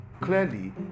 clearly